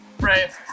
Right